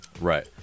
Right